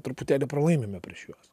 truputėlį pralaimime prieš juos